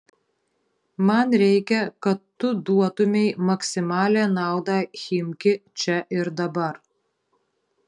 man reikia kad tu duotumei maksimalią naudą chimki čia ir dabar